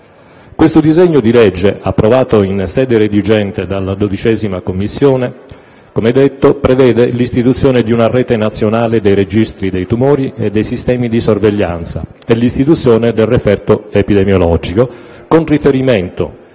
Questo disegno di legge, approvato in sede redigente dalla 12a Commissione - come ho detto - prevede l'istituzione di una Rete nazionale dei registri dei tumori e dei sistemi di sorveglianza e l'istituzione del referto epidemiologico con riferimento,